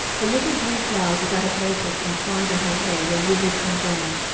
the little blue flowers which i had noticed entwined in her hair were withered and dry,